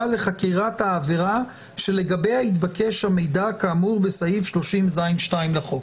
לחקירת העבירה שלגביה התבקש המידע כאמור בסעיף 30ז(2) לחוק.